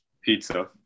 Pizza